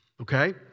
Okay